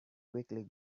quickly